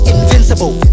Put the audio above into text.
Invincible